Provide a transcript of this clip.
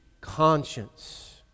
conscience